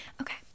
okay